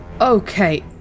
Okay